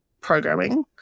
programming